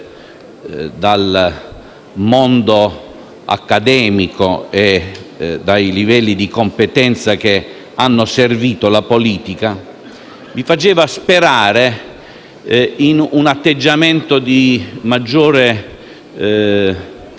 dal mondo accademico e dai livelli di competenza che hanno servito la politica, mi ha fatto sperare in un atteggiamento di maggiore